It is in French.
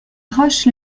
roche